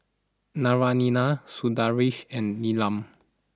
Naraina Sundaraiah and Neelam